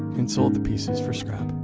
and sold the pieces for scrap